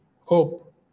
hope